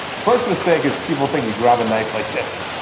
first mistake is people think you grab a knife like this.